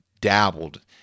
dabbled